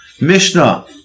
Mishnah